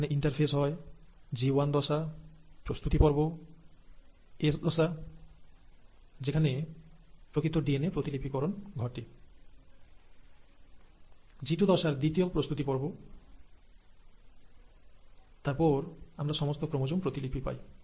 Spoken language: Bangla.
এখানে ইন্টারফেজ হয় জি ওয়ান দশা প্রস্তুতিপর্ব এস দশা যেখানে প্রকৃত ডিএনএ প্রতিলিপিকরণ ঘটে জিটু দশার দ্বিতীয় প্রস্তুতি পর্ব তারপর আমরা সমস্ত ক্রোমোজোম প্রতিলিপি পাই